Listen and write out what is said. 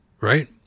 Right